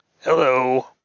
Hello